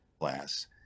class